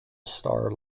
star